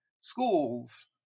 schools